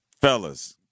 fellas